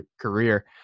career